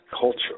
culture